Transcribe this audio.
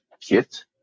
kit